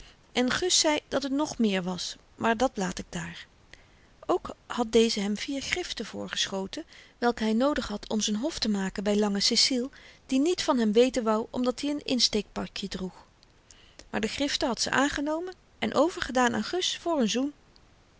berekenen en gus zei dat het nog meer was maar dat laat ik daar ook had deze hem vier griften voorgeschoten welke hy noodig had om z'n hof te maken by lange ceciel die niet van hem weten wou omdat i n insteekpakje droeg maar de griften had ze aangenomen en overgedaan aan gus voor n zoen